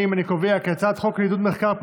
להעביר את הצעת חוק לעידוד מחקר,